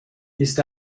ist